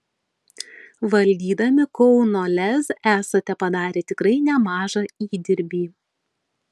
valdydami kauno lez esate padarę tikrai nemažą įdirbį